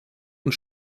und